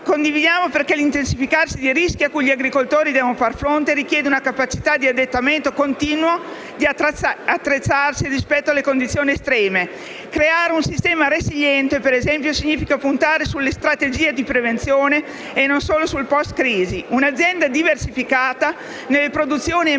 Condividiamo, perché l'intensificarsi dei rischi cui gli agricoltori devono far fronte richiede una capacità di adattamento continuo e la capacità di attrezzarsi rispetto alle condizioni estreme. Creare un sistema resiliente, per esempio, significa puntare sulle strategie di prevenzione e non solo sul post-crisi. Un'azienda diversificata nelle produzioni è meno